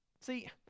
See